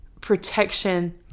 protection